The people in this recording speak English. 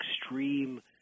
extreme